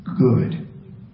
good